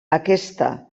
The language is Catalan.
aquesta